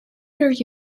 york